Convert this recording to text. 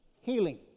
healing